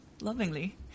lovingly